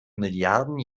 milliarden